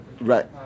Right